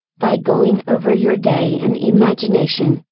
by going over your day in imagination,